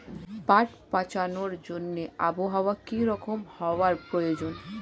পাট পচানোর জন্য আবহাওয়া কী রকম হওয়ার প্রয়োজন?